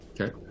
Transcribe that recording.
Okay